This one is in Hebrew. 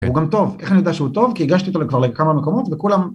‫הוא גם טוב. איך אני יודע שהוא טוב? ‫כי הגשתי אותו כבר לכמה מקומות וכולם...